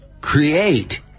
create